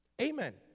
Amen